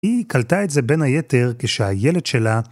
היא קלטה את זה בין היתר כשהילד שלה